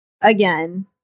again